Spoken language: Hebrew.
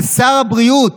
על שר הבריאות,